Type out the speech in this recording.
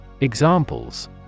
Examples